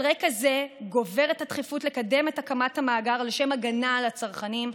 על רקע זה גוברת הדחיפות לקדם את הקמת המאגר לשם הגנה על הצרכנים,